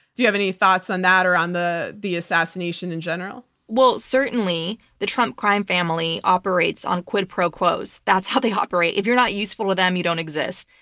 do you have any thoughts on that or on the the assassination in general? well, certainly the trump crime family operates on quid pro quos. that's how they operate. if you're not useful with them, you don't exist.